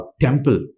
temple